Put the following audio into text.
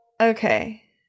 Okay